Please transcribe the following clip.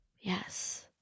Yes